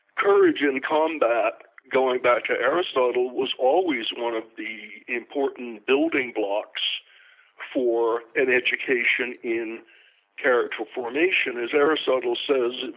courage and combat, going back to ah aristotle, was always one of the important building blocks for an education in character formation as aristotle says,